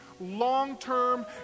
long-term